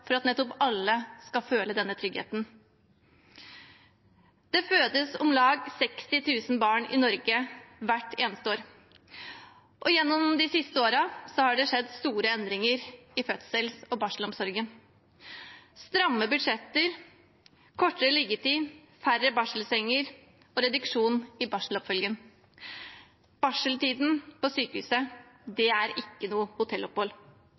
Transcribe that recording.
for at nettopp alle skal føle denne tryggheten. Det fødes om lag 60 000 barn i Norge hvert eneste år. Gjennom de siste årene har det skjedd store endringer i fødsels- og barselomsorgen – stramme budsjetter, kortere liggetid, færre barselsenger og reduksjon i barseloppfølgingen. Barseltiden på sykehuset er ikke noe hotellopphold.